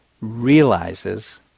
realizes